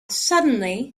suddenly